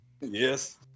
Yes